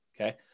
okay